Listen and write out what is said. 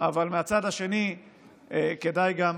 אבל מהצד השני כדאי גם